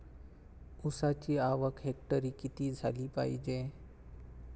ऊसाची आवक हेक्टरी किती झाली पायजे?